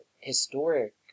historic